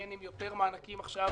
בין אם לתת יותר מענקים עכשיו